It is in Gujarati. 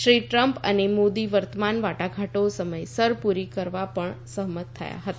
શ્રી ટ્રમ્પ અને મોદી વર્તમાન વાટાઘાટો સમયસર પુરી કરવા પણ સહમત થયા હતા